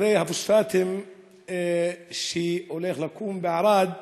מכרה הפוספטים שהולך לקום בערד,